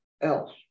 else